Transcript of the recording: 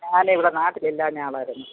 ഞാനെ ഇവിടെ നാട്ടില് ഇല്ലാഞ്ഞ ആളായിരുന്നു